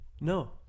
No